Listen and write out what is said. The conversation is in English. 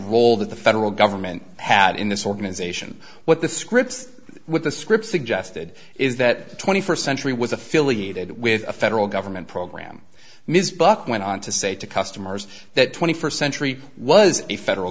role that the federal government had in this organization what the scripts with the scripts suggested is that the twenty first century was affiliated with a federal government program ms buck went on to say to customers that twenty first century was a federal